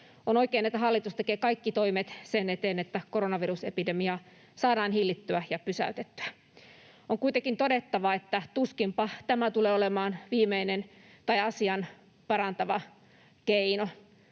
On oikein, että hallitus tekee kaikki toimet sen eteen, että koronavirusepidemia saadaan hillittyä ja pysäytettyä. On kuitenkin todettava, että tuskinpa tämä tulee olemaan viimeinen tai asian parantava keino.